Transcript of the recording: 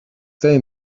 they